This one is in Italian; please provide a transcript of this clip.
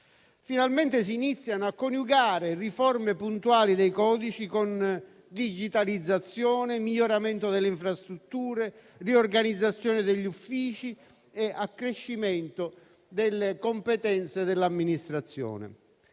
Finalmente si iniziano a coniugare riforme puntuali dei codici con digitalizzazione, miglioramento delle infrastrutture, riorganizzazione degli uffici e accrescimento delle competenze dell'amministrazione.